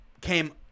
came